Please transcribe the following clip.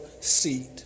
seat